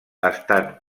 estan